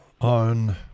on